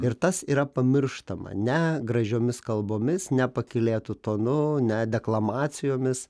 ir tas yra pamirštama ne gražiomis kalbomis ne pakylėtu tonu ne deklamacijomis